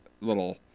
little